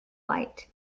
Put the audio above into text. light